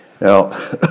Now